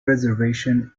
reservation